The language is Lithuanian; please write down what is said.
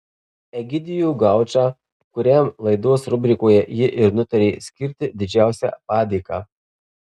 egidijų gaučą kuriam laidos rubrikoje ji ir nutarė skirti didžiausią padėką